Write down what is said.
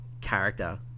character